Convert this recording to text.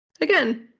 Again